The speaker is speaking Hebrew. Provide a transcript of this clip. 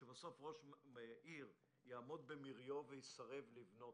שבסוף ראש עירייה יעמוד במריו ויסרב לבנות,